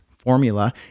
formula